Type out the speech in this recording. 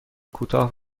کوتاه